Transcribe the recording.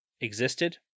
existed